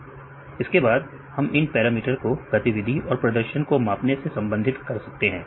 फिर हम इन पैरामीटर को गतिविधि और प्रदर्शन को मापने से संबंधित कर सकते हैं